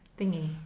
thingy